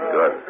Good